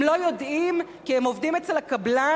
הם לא יודעים, כי הם עובדים אצל הקבלן,